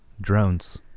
drones